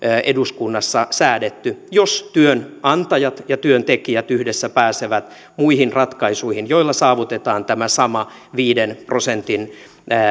eduskunnassa säädetty jos työnantajat ja työntekijät yhdessä pääsevät muihin ratkaisuihin joilla saavutetaan tämä sama viiden prosentin